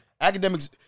Academics